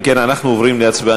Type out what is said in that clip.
אם כן, אנחנו עוברים להצבעה.